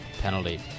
penalty